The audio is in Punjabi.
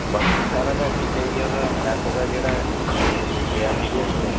ਬਾਕੀ ਸਾਰਾ ਤਾ ਠੀਕ ਹੈ ਜੀ ਉਹਦਾ ਮੈਥ ਦਾ ਜਿਹੜਾ ਲਿਆ ਸੀ ਟੈਸਟ